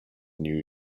new